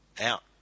out